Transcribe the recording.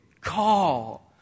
call